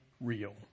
real